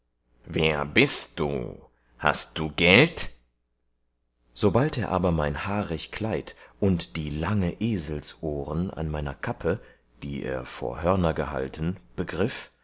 wer bist du hast du geld sobald er aber mein haarig kleid und die lange eselsohren an meiner kappe die er vor hörner gehalten begriff